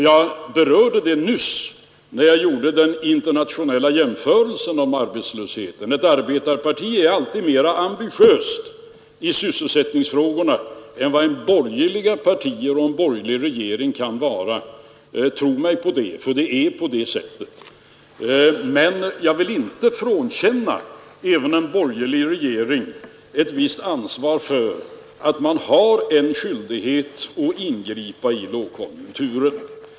Jag berörde den saken nyss, när jag gjorde den internationella arbetslöshetsjämförelsen. Ett arbetarparti är alltid mera ambitiöst i sysselsättningsfrågorna än vad borgerliga partier och en borgerlig regering kan vara. Tro mig, det är på det sättet! Men jag vill inte frånkänna heller en borgerlig regering ett visst ansvar i det fallet. Även den känner skyldighet att ingripa i lågkonjunkturer och gör det också.